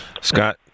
Scott